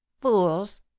fools